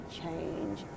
change